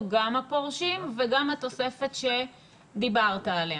גם הפורשים וגם התוספת שדיברת עליה.